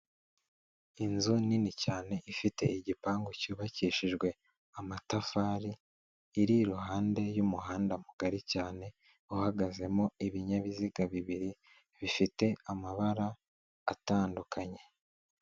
Inzu nini cyane ifite igipangu cyubakishijwe amatafari, iri iruhande y'umuhanda mugari cyane uhagazemo ibinyabiziga bibiri bifite amabara atandukanye.